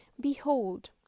Behold